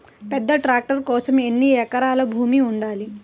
పెద్ద ట్రాక్టర్ కోసం ఎన్ని ఎకరాల భూమి ఉండాలి?